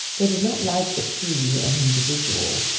they did not like that he, an individual,